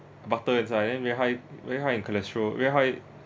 butter inside and then very high very high in cholesterol very high